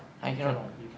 you cannot you cannot